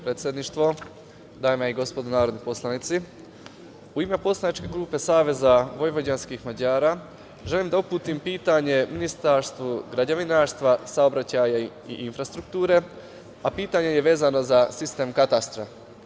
Predsedništvo, dame i gospodo narodni poslanici, u ime poslaničke grupe SVM želim da uputim pitanje Ministarstvu građevinarstva, saobraćaja i infrastrukture, a pitanje je vezano za sistem katastra.